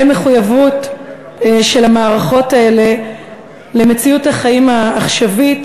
מחויבות של המערכות האלה למציאות החיים העכשווית,